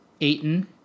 Aiton